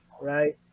right